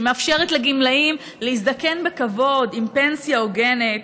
שמאפשרים לגמלאים להזדקן בכבוד עם פנסיה הוגנת,